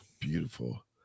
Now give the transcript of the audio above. Beautiful